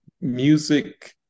music